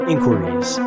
Inquiries